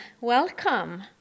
Welcome